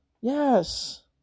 yes